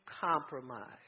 Compromise